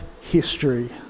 history